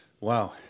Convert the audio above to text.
Wow